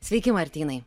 sveiki martynai